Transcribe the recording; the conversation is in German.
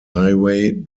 highway